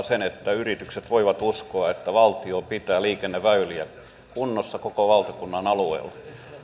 sen että yritykset voivat uskoa että valtio pitää liikenneväyliä kunnossa koko valtakunnan alueella